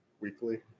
Weekly